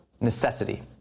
necessity